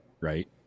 Right